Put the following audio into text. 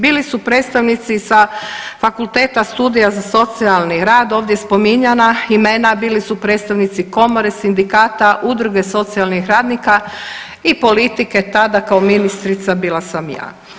Bili su predstavnici sa Fakulteta studija za socijalni rad ovdje spominjana imena, bili su predstavnici komore, sindikata, udruge socijalnih radnika i politike, tada kao ministrica bila sam ja.